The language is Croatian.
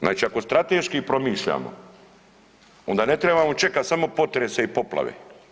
Znači ako strateški promišljamo onda ne trebamo čekati samo potrese i poplave.